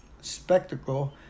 spectacle